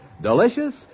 Delicious